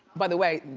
by the way,